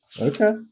Okay